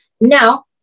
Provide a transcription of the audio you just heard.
Now